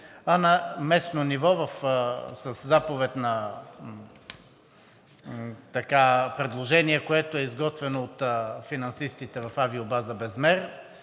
а на местно ниво със заповед, с предложение, което е изготвено от финансистите в авиобаза Безмер,